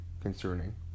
concerning